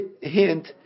Hint